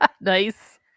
Nice